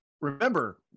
remember